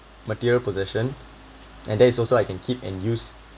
material possession and there it's also I can keep and use